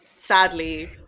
Sadly